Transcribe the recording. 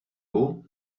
beau